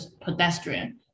pedestrian